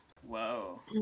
Whoa